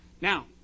Now